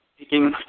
speaking